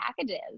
packages